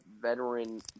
veteran